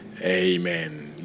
Amen